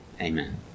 amen